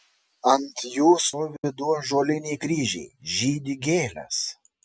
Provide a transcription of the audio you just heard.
ant jų stovi du ąžuoliniai kryžiai žydi gėlės